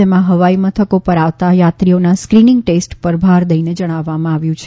જેમાં હવાઈ મથકો ઉપર આવતાં યાત્રીઓના સ્કિનીંગ ટેસ્ટ કરવા ભાર દઈ જણાવ્યું છે